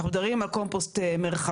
אנחנו מדברים על קומפוסט מרחבי,